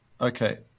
Okay